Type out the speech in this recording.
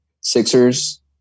Sixers